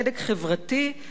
על אהבת המדינה,